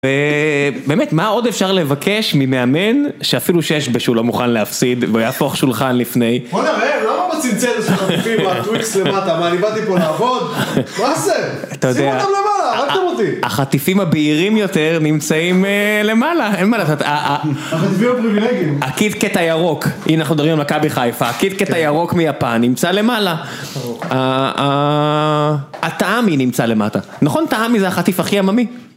ובאמת מה עוד אפשר לבקש ממאמן שאפילו שש בש הוא לא מוכן להפסיד ויהפוך שולחן לפני. בוא, למה בצנצנת של החטיפים הטוויקס למטה, מה אני באתי פה לעבוד? שימו אותם למעלה, הרגתם אותי החטיפים הבהירים יותר נמצאים למעלה, אין מה לעשות. החטיפים הפריבילגיים.הקיט קט ירוק, הנה אנחנו דברים על מכבי חיפה, הקיט קט ירוק מיפן נמצא למעלה. הטעמי נמצא למטה, נכון טעמי זה החטיף הכי עממי?